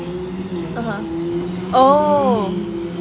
(uh huh) oh